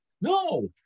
No